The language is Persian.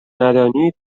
ندانید